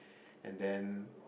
and then